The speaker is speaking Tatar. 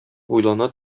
уйлана